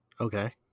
Okay